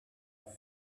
son